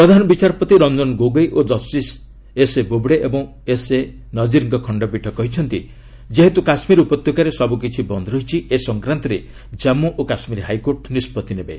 ପ୍ରଧାନ ବିଚାରପତି ରଞ୍ଜନ ଗୋଗୋଇ ଓ justice S A Bobde ଏବଂ ଏସ୍ଏ ନଜିର୍ଙ୍କ ଖଣ୍ଡପୀଠ କହିଛନ୍ତି ଯେହେତୁ କାଶ୍ମୀର ଉପତ୍ୟକାରେ ସବୁକିଛି ବନ୍ଦ୍ ରହିଛି ଏ ସଂକ୍ରାନ୍ତରେ ଜମ୍ମୁ ଓ କାଶ୍ମୀର ହାଇକୋର୍ଟ ନିଷ୍କଭି ନେବେ